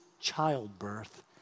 childbirth